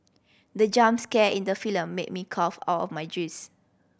the jump scare in the film made me cough out of my juice